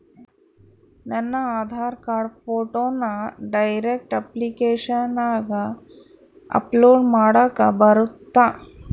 ನನ್ನ ಆಧಾರ್ ಕಾರ್ಡ್ ಫೋಟೋನ ಡೈರೆಕ್ಟ್ ಅಪ್ಲಿಕೇಶನಗ ಅಪ್ಲೋಡ್ ಮಾಡಾಕ ಬರುತ್ತಾ?